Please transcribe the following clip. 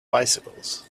bicycles